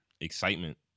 excitement